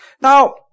Now